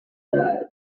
died